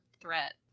threat